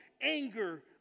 anger